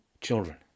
children